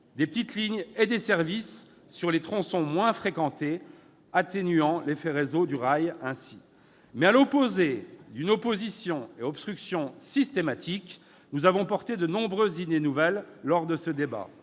des petites lignes et des services sur les tronçons moins fréquentés, atténuant ainsi l'effet réseau du rail. Loin d'une opposition et d'une obstruction systématiques, nous avons soutenu de nombreuses idées nouvelles lors de ce débat